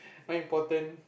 not important